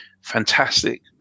Fantastic